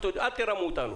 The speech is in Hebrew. אל תרמו אותנו,